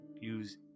use